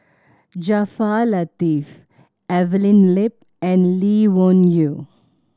Jaafar Latiff Evelyn Lip and Lee Wung Yew